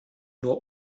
nur